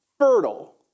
Fertile